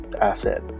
asset